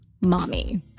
mommy